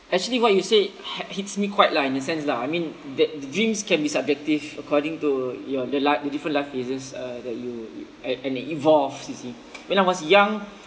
actually what you say ha~ hits me quite lah in a sense lah I mean th~ dreams can be subjective according to your the li~ the different life phases uh that you and and it evolve you see when I was young